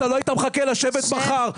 אתה לא היית מחכה לשבת מחר,